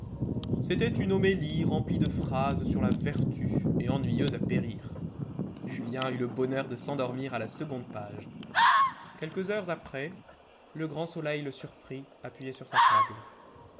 c'était une homélie remplie de phrases sur la vertu et ennuyeuse à périr julien eut le bonheur de s'endormir à la seconde page quelques heures après le grand soleil le surprit appuyé sur sa table